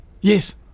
Yes